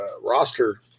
roster